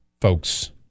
folks